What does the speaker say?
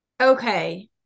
Okay